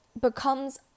becomes